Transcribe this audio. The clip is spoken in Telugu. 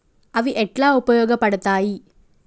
అవి ఎట్లా ఉపయోగ పడతాయి?